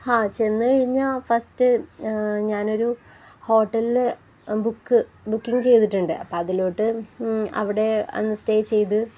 ഹാ ചെന്നുകഴിഞ്ഞാല് ഫസ്റ്റ് ഞാനൊരു ഹോട്ടലില് ബുക്ക് ബുക്കിങ് ചെയ്തിട്ടുണ്ട് അപ്പോള് അതിലോട്ട് അവിടെ അന്ന് സ്റ്റേ ചെയ്ത്